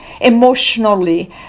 emotionally